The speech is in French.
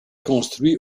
construit